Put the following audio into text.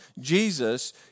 Jesus